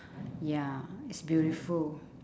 ya it's beautiful